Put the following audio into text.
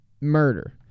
murder